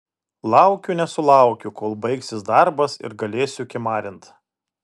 laukiu nesulaukiu kol baigsis darbas ir galėsiu kimarint